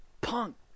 Punk